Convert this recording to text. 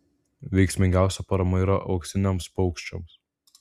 veiksmingiausia parama yra uoksiniams paukščiams